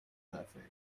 perfect